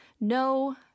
no